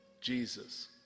Jesus